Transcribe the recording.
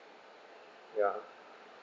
ya